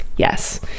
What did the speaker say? Yes